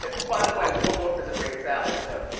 by the way, waldorf is a great salad, too.